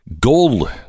Gold